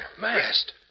Mast